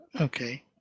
Okay